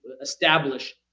establish